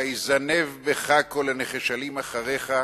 "ויזנב בך כל הנחשלים אחריך,